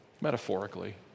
Metaphorically